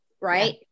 right